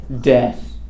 Death